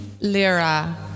lira